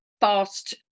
fast